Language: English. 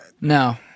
No